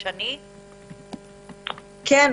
כן,